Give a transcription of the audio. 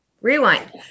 rewind